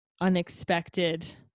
unexpected